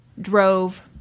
drove